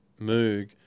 Moog